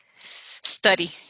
Study